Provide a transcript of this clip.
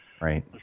Right